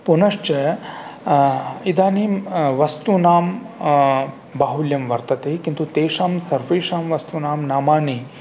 पुनश्च इदानीं वस्तूनां बाहुल्यं वर्तते किन्तु तेषां सर्वेषां वस्तूनां नामानि